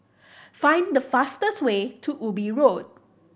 find the fastest way to Ubi Road